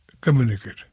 communicate